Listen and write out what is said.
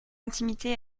intimité